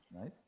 Nice